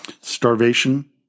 Starvation